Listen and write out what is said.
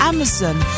Amazon